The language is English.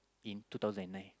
in two thousand and nine